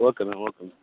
okay ma'am okay ma'am